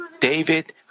David